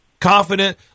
confident